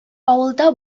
авылда